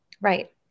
Right